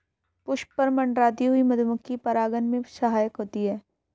पुष्प पर मंडराती हुई मधुमक्खी परागन में सहायक होती है